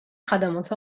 خدمات